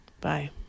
bye